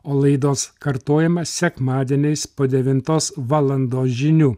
o laidos kartojamą sekmadieniais po devintos valandos žinių